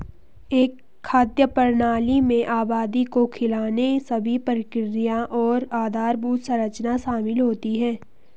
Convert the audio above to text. एक खाद्य प्रणाली में आबादी को खिलाने सभी प्रक्रियाएं और आधारभूत संरचना शामिल होती है